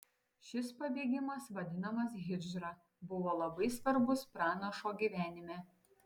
šis pabėgimas vadinamas hidžra buvo labai svarbus pranašo gyvenime